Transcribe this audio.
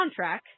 soundtrack